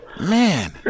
Man